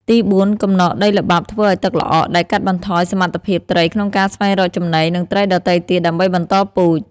ទីបួន កំណកដីល្បាប់ធ្វើឱ្យទឹកល្អក់ ដែលកាត់បន្ថយសមត្ថភាពត្រីក្នុងការស្វែងរកចំណី និងត្រីដទៃទៀតដើម្បីបន្តពូជ។